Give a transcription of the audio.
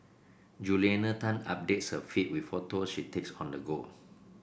Juliana Tan updates her feed with photo she takes on the go